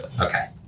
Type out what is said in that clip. Okay